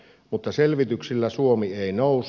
mutta selvityksillä suomi ei nouse